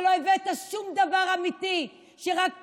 שלא הבאת שום דבר אמיתי, שרק פגעת,